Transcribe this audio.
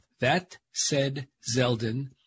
thatsaidzeldin